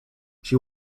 she